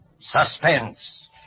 Suspense